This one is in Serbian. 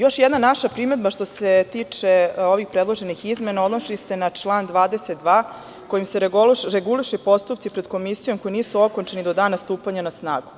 Još jedna naša primedba, što se tiče ovih predloženih izmena odnosi se na član 22, kojim se regulišu postupci pred komisijom koji nisu okončani ni do dana stupanja na snagu.